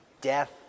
death